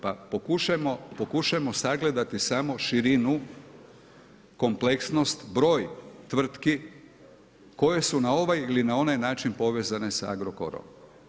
Pa pokušajmo sagledati samo širinu, kompleksnost, broj tvrtki, koje su na ovaj ili na onaj način povezane sa Agrokorom.